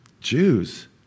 Jews